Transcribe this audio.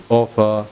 offer